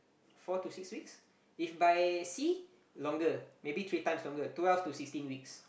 four to six weeks if by sea longer maybe three times longer twelve to sixteen weeks